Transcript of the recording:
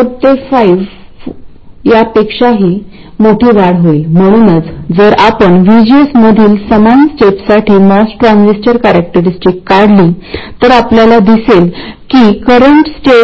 उच्च threshold voltage किंवा लहान करंट फॅक्टर असलेला ट्रान्झिस्टर उच्च थ्रेशोल्ड व्होल्टेज किंवा लहान करंट फॅक्टर